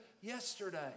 yesterday